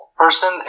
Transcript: Person